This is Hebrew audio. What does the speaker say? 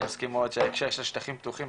אני מסכים מאוד שהנושא של שטחים פתוחים,